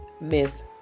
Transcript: Miss